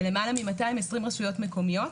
בלמעלה מ-220 רשויות מקומיות.